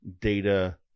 data